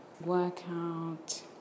Workout